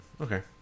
okay